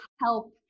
help